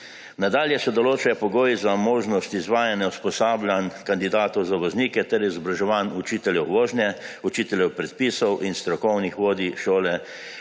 Nadalje se določajo pogoji za možnost izvajanja usposabljanj kandidatov za voznike ter izobraževanj učiteljev vožnje, učiteljev predpisov in strokovnih vodij šole